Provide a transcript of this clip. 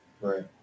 Right